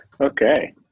okay